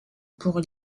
pour